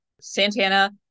Santana